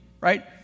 right